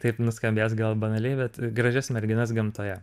taip nuskambės gal banaliai bet gražias merginas gamtoje